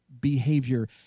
behavior